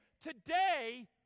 Today